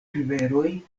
riveroj